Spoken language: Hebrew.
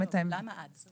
למה עד?